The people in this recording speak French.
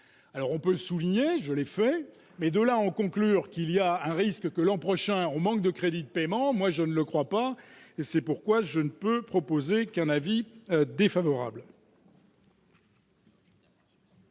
alors on peut souligner, je l'ai fait, mais de là à en conclure qu'il y a un risque que l'an prochain, on manque de crédits de paiement, moi je ne le crois pas, et c'est pourquoi je ne peux proposer qu'un avis défavorable.